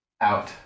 Out